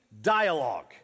dialogue